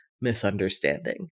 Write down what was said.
misunderstanding